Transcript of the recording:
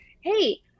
hey